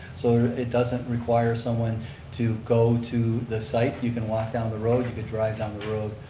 so it doesn't require someone to go to the site, you can walk down the road, you can drive down the road.